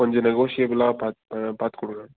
கொஞ்சம் நெகோஷியபிளாக பாத் பார்த்து கொடுங்க